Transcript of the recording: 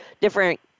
different